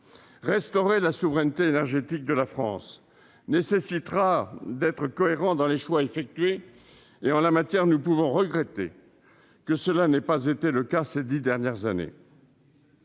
Restaurer la souveraineté énergétique de la France nécessitera d'être cohérent dans les choix effectués et, en l'espèce, nous pouvons regretter que cela n'ait pas été le cas ces dix dernières années.